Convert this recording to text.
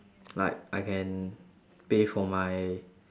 like I can pay for my